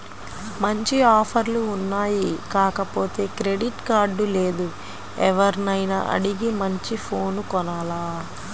మంచి ఆఫర్లు ఉన్నాయి కాకపోతే క్రెడిట్ కార్డు లేదు, ఎవర్నైనా అడిగి మంచి ఫోను కొనాల